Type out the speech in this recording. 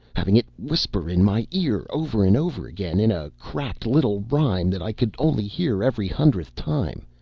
having it whisper in my ear, over and over again, in a cracked little rhyme that i could only hear every hundredth time,